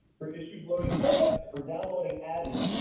for issues loading webex or downloading add-ins,